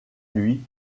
lui